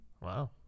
Wow